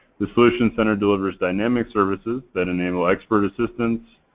the solutions center delivers dynamic services that enable expert assistance,